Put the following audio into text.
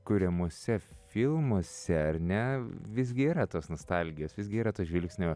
kuriamuose filmuose ar ne visgi yra tos nostalgijos visgi yra to žvilgsnio